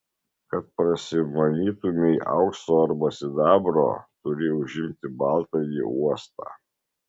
kad prasimanytumei aukso arba sidabro turi užimti baltąjį uostą